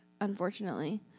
unfortunately